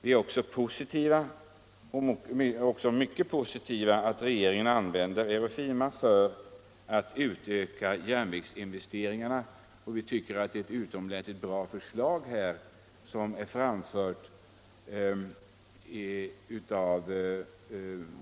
Vi är också mycket positiva till att regeringen använder EUROFIMA för att öka järnvägsinvesteringarna. Vi tycker att det var ett utomordentligt förslag som